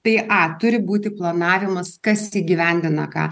tai a turi būti planavimas kas įgyvendina ką